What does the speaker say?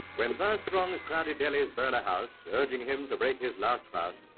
when vast throngs crowded delhi's birla house, urging him to break his last vows,